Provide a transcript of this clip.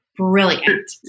Brilliant